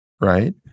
right